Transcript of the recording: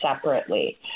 separately